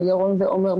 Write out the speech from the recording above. ירון ועומר,